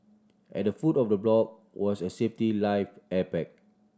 at the foot of the block was a safety life air pack